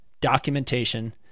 documentation